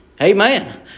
Amen